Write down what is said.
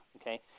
Okay